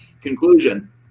conclusion